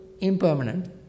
impermanent